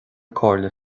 comhairle